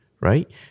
right